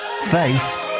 Faith